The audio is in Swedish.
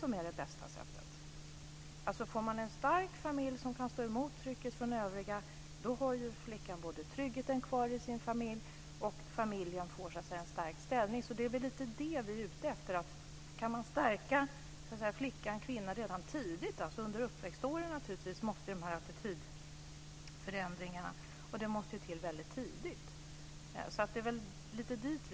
Om familjen kan stå emot trycket från sin omgivning har flickan kvar tryggheten i sin familj samtidigt som familjen får en stärkt ställning. Det är något av detta som vi är ute efter. Attitydförändringarna måste komma redan tidigt, under uppväxtåren.